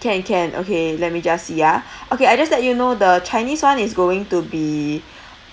can can okay let me just see ah okay I just let you know the chinese [one] is going to be